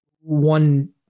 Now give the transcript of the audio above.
one